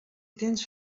tens